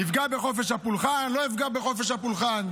זה יפגע בחופש הפולחן או לא יפגע בחופש הפולחן.